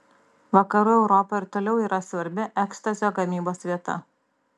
vakarų europa ir toliau yra svarbi ekstazio gamybos vieta